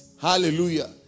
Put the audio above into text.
hallelujah